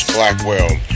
Blackwell